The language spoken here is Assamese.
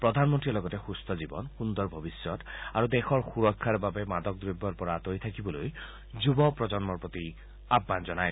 প্ৰধানমন্ত্ৰীয়ে লগতে সুস্থ জীৱন সুন্দৰ ভৱিষ্যত আৰু দেশৰ সুৰক্ষাৰ বাবে মাদকদ্ৰব্যৰ পৰা আঁতৰি থাকিবলৈ যুৱ প্ৰজন্মৰ প্ৰতি আহান জনায়